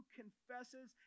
confesses